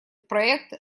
проект